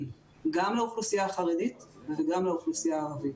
גם לאוכלוסייה החרדית וגם לאוכלוסייה הערבית.